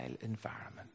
environment